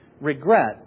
Regret